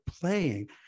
playing